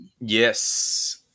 Yes